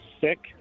sick